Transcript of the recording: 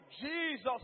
Jesus